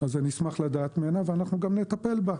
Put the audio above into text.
אני אשמח לדעת עליה, ואנחנו גם נטפל בה.